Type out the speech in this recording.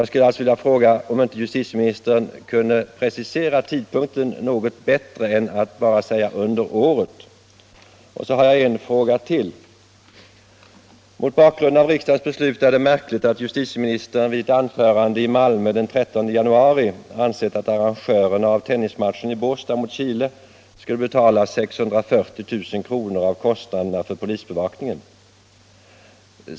Jag skulle alltså vilja fråga om inte justitieministern kunde precisera tidpunkten något bättre än genom att bara säga ”under året”. Så har jag en fråga till. Mot bakgrunden av riksdagens beslut är det märkligt att justitieministern vid ett anförande i Malmö den 13 januari ansett att arrangörerna av tennismatchen i Båstad mot Chile skulle betala 640 000 kr. av kostnaderna för polisbevakningen.